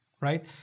Right